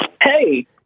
Hey